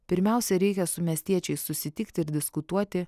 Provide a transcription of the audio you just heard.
pirmiausia reikia su miestiečiais susitikti ir diskutuoti